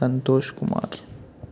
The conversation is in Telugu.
సంతోష్ కుమార్